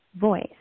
voice